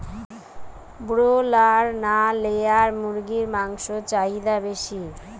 Broiler না layer মুরগির মাংসর চাহিদা বেশি?